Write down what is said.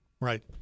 Right